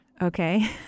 Okay